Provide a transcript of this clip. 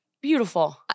Beautiful